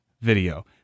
video